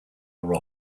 are